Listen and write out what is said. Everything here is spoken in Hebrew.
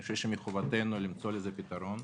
אני חושב שמחובתנו למצוא לזה פתרון.